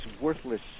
worthless